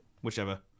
whichever